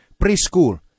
Preschool